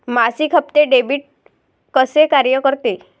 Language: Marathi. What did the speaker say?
मासिक हप्ते, डेबिट कसे कार्य करते